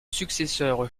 successeur